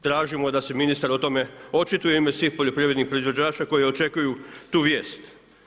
Tražimo da se ministar o tome očituje i u ime svih poljoprivrednih proizvođača koji očekuju tu vijest.